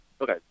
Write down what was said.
Okay